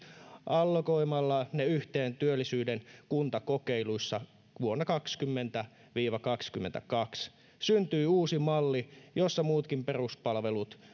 allokoimalla ne yhteen työllisyyden kuntakokeiluissa vuosina kaksikymmentä viiva kaksikymmentäkaksi syntyy uusi malli jossa muutkin peruspalvelut